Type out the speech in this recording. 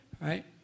right